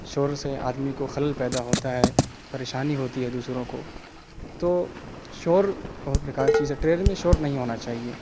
شور سے آدمی کو خلل پیدا ہوتا ہے پریشانی ہوتی ہے دوسروں کو تو شور بہت بیکار چیز ہے ٹرین میں شور نہیں ہونا چاہیے